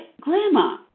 Grandma